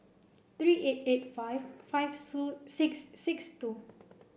three eight eight five five through six six two